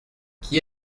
qui